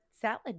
salad